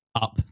up